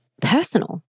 personal